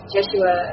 Joshua